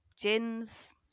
gins